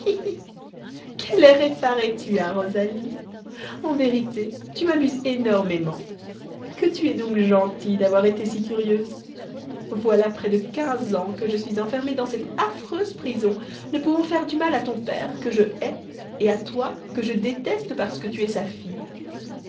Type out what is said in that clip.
quel air effaré tu as rosalie en vérité tu m'amuses énormément que tu es donc gentille d'avoir été si curieuse voilà près de quinze ans que je suis enfermée dans cette affreuse prison ne pouvant faire du mal à ton père que je hais et à toi que je déteste parce que tu es sa fille